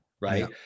right